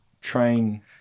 train